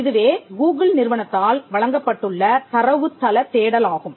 இதுவே கூகிள் நிறுவனத்தால் வழங்கப்பட்டுள்ள தரவுத்தள தேடல் ஆகும்